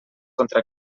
contra